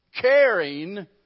caring